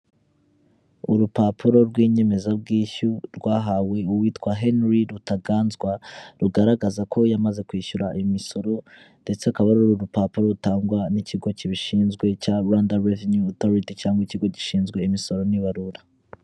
Urupapuro rw'inyemezabwishyu rwahawe uwitwa Henry Rutaganzwa, rugaragaza ko yamaze kwishyura imisoro ndetse akaba ari uru rupapuro rutangwa n'ikigo kibishinzwe cya Rwanda Revenue Authority cyangwa Ikigo gishinzwe Imisoro n'Amahoro.